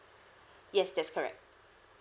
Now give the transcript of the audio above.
yes that's correct